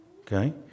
Okay